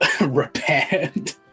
repaired